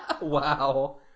Wow